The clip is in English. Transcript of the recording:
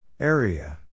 Area